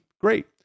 great